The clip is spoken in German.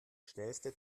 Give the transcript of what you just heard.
schnellste